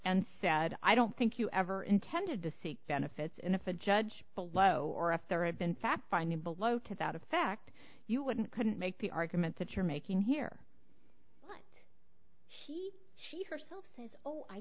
and said i don't think you ever intended to seek benefits and if a judge below or if there had been fact finding below to that effect you wouldn't couldn't make the argument that you're making here he she hers